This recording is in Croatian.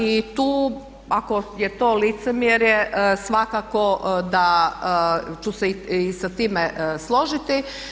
I tu ako je to licemjerje svakako da ću se i sa time složiti.